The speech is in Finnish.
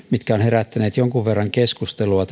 mitkä ovat herättäneet jonkin verran keskustelua